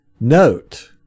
note